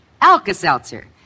Alka-Seltzer